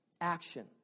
Action